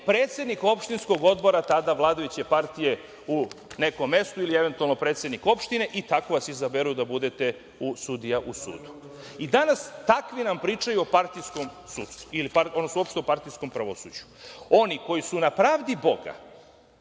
predsednik opštinskog odbora tada vladajuće partije u nekom mestu ili eventualno predsednik opštine i tako vas izaberu da budete sudija u sudu. Danas nam takvi pričaju o partijskom sudstvu, odnosno uopšte o partijskom pravosuđu, oni, koji su na pravdi Boga